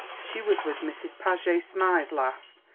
she was with mrs. paget smythe last,